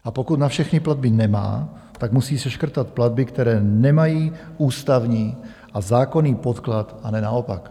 A pokud na všechny platby nemá, tak musí seškrtat platby, které nemají ústavní a zákonný podklad, a ne naopak.